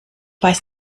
weiß